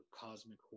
cosmic